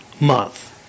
month